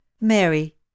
Mary